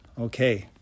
Okay